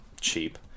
cheap